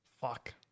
Fuck